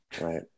Right